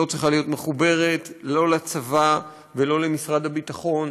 היא לא צריכה להיות מחוברת לא לצבא ולא למשרד הביטחון.